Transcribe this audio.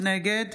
נגד